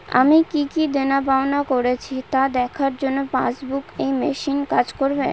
আমি কি কি দেনাপাওনা করেছি তা দেখার জন্য পাসবুক ই মেশিন কাজ করবে?